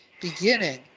beginning